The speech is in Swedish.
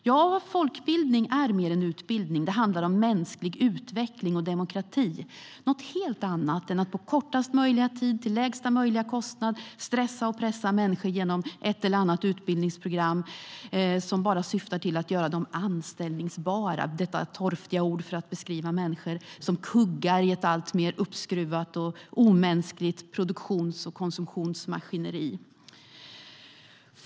Ja, folkbildning är mer än utbildning; det handlar om mänsklig utveckling och demokrati. Det är något helt annat än att på kortast möjliga tid och till lägsta möjliga kostnad stressa och pressa människor genom ett eller annat utbildningsprogram som bara syftar till att göra dem "anställbara". Det är ett torftigt ord för att beskriva människor som kuggar i ett alltmer uppskruvat och omänskligt produktions och konsumtionsmaskineri.